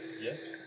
Yes